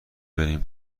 بریم